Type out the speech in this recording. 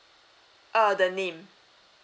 uh the name